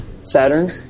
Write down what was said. Saturn